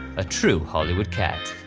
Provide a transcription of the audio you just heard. a true hollywood cat.